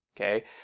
okay